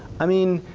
i mean,